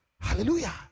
Hallelujah